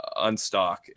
unstock